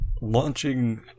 Launching